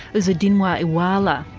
uzodinma iweala,